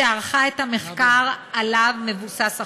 שערכה את המחקר שעליו מבוסס החוק,